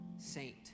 Saint